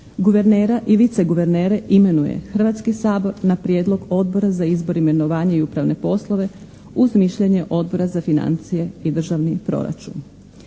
Guvernera i viceguvernere imenuje Hrvatski sabor na prijedlog Odbora za izbor i imenovanje i upravne poslove uz mišljenje Odbora za financije i državni proračun.